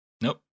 Nope